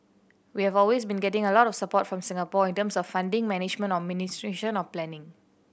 we have always been getting a lot of support from Singapore in terms of funding management or administration or planning